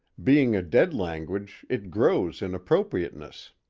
being a dead language, it grows in appropriateness.